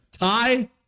tie